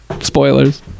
spoilers